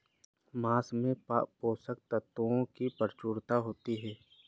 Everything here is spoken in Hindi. माँस में पोषक तत्त्वों की प्रचूरता होती है